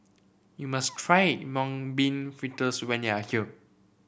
you must try Mung Bean Fritters when you are here